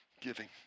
Giving